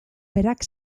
berak